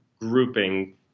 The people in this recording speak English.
grouping